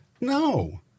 no